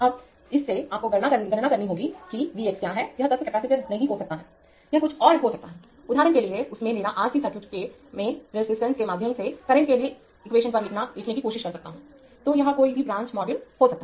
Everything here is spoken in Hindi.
अबइससे आपको गणना करनी होगी कि V x क्या है यह तत्व कपैसिटर नहीं हो सकता हैयह कुछ और हो सकता हैउदाहरण के लिए उनमें मेरा R c सर्किट मैं रेजिस्टेंस के माध्यम से करंट के लिए इक्वेशन पर लिखने की कोशिश कर सकता हूं तो यह कोई भी ब्रांच मॉड्यूल हो सकता है